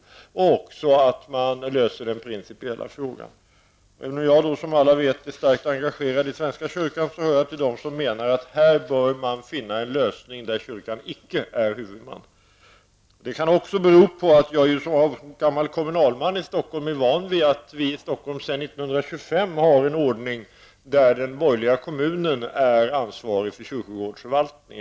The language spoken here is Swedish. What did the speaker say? Man bör också lösa den principiella frågan. Även om jag, som alla vet, är starkt engagerad i svenska kyrkan, hör jag till dem som menar att man här bör finna en lösning där kyrkan icke är huvudman. Det kan också bero på att jag som gammal kommunalman i Stockholm är van vid att vi i Stockholm -- sedan 1925 -- har en ordning som innebär att den borgerliga kommunen är ansvarig för kyrkogårdsförvaltningen.